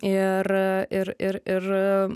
ir ir ir ir